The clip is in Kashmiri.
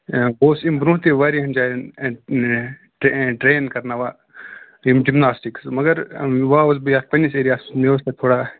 بہٕ اوسُس اَمہِ برٛونٛہہ تہِ واریاہَن جایَن ٹرین ٹڑین کرناوان یِم جمناسٹکٕس مگر وۅنۍ آس بہٕ یتھ پَنٕنِس ایریاہَس مےٚ اوس نہٕ تھوڑا